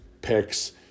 picks